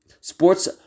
sports